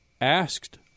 asked